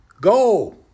Go